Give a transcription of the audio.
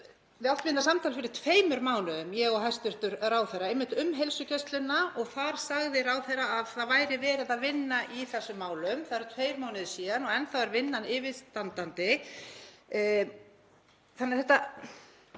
Við áttum hérna samtal fyrir tveimur mánuðum, ég og hæstv. ráðherra, einmitt um heilsugæsluna og þar sagði ráðherra að það væri verið að vinna í þessum málum. Það eru tveir mánuðir síðan og enn þá er vinnan yfirstandandi. Hvað veldur